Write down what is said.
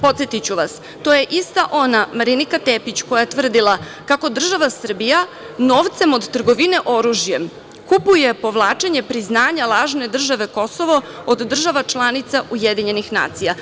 Podsetiću vas, to je ista ona Marinika Tepić koja je tvrdila kako država Srbija novcem od trgovine oružjem kupuje povlačenje priznanja lažne države Kosovo od država članica UN.